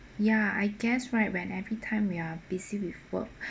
ya I guess right when every time we are busy with work